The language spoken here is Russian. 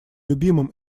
любимым